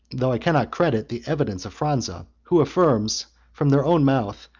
though i cannot credit, the evidence of phranza, who affirms, from their own mouth,